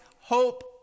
hope